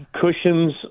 cushions